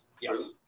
yes